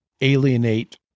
alienate